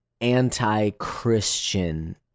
anti-Christian